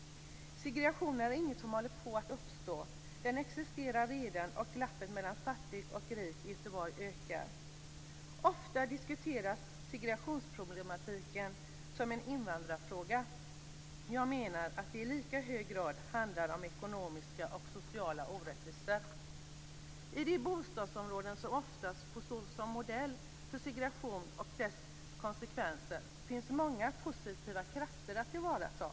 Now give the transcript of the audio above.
Segregationen är inget som håller på att uppstå. Den existerar redan, och glappet mellan fattig och rik i Göteborg ökar. Ofta diskuteras segregationsproblematiken som en invandrarfråga. Jag menar att det i lika hög grad handlar om ekonomiska och sociala orättvisor. I de bostadsområden som oftast får stå som modell för segregationen och dess konsekvenser finns många positiva krafter att tillvarata.